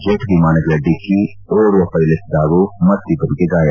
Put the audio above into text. jet ವಿಮಾನಗಳ ಡಿಕ್ಕಿ ಓರ್ವ ಪೈಲಟ್ ಸಾವು ಮತ್ತಿಬ್ಬರಿಗೆ ಗಾಯ